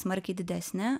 smarkiai didesne